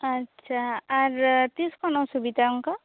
ᱟᱪᱪᱷᱟ ᱟᱨ ᱛᱤᱥ ᱠᱷᱚᱱ ᱚᱥᱩᱵᱤᱫᱷᱟ ᱚᱱᱟᱠᱟ